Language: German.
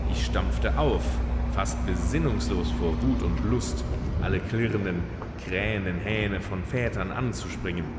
ich stampfte auf fast besinnungslos vor wut und lust alle klirrenden krähenden hähne von vätern anzuspringen